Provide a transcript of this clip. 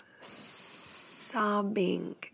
sobbing